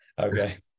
Okay